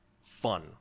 fun